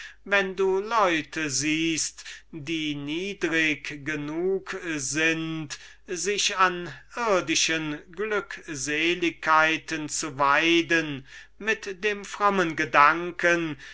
wenn du leute siehst die niedrig genug sind sich an irdischen glückseligkeiten zu weiden mit dem frommen gedanken